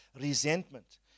Resentment